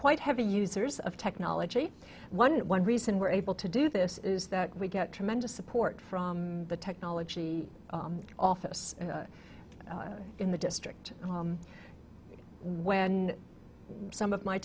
quite heavy users of technology one one reason we're able to do this is that we get tremendous support from the technology office in the district when some of my